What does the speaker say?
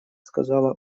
сказала